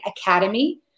Academy